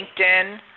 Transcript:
LinkedIn